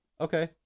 Okay